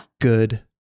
good